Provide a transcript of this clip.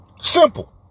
Simple